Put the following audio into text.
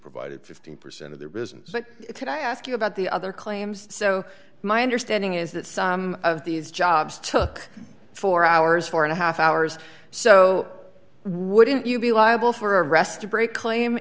provided fifteen percent of their business but it could i ask you about the other claims so my understanding is that some of these jobs took four hours four and a half hours so wouldn't you be liable for a rest break claim